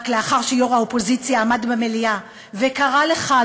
רק לאחר שיושב-ראש האופוזיציה עמד במליאה וקרא לך,